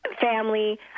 family